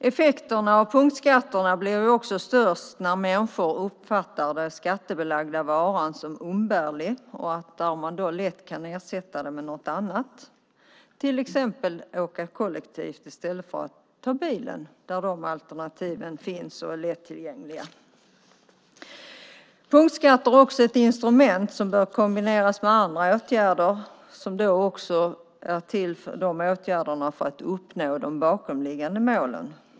Effekterna av punktskatterna blir också störst när människor uppfattar den skattebelagda varan som umbärlig och lätt kan ersätta den med något annat, till exempel att åka kollektivt i stället för att ta bilen där de alternativen finns och är lättillgängliga. Punktskatter är också ett instrument som bör kombineras med andra åtgärder som också är till för att uppnå de bakomliggande målen.